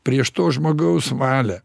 prieš to žmogaus valią